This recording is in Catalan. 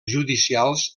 judicials